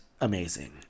amazing